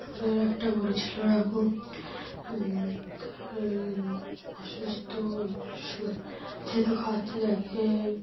আমাদের একটা গরু ছিল ওরকম তার অসুস্থ শো যত খাওয়াচ্ছি তাকে